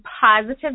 positive